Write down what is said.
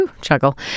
chuckle